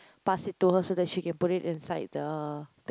pass it to her so that she can put it inside the thing